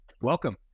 welcome